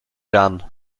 jeanne